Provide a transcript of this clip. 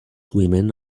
women